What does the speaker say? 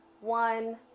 one